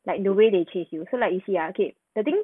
like the way they chase you so like you see ah okay the thing